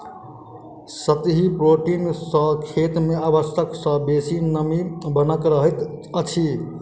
सतही पटौनी सॅ खेत मे आवश्यकता सॅ बेसी नमी बनल रहैत अछि